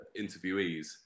interviewees